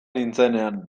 nintzenean